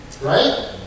Right